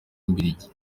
mbiligi